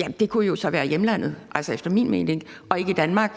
Jamen det kunne jo så være i hjemlandet, altså efter min mening, og ikke i Danmark.